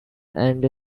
and